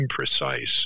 imprecise